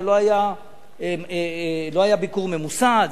זה לא היה ביקור ממוסד,